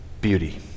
beauty